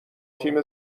تیم